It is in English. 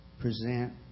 present